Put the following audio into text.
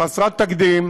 חסרת תקדים,